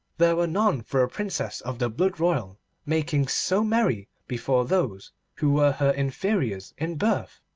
there were none for a princess of the blood royal making so merry before those who were her inferiors in birth.